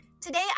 Today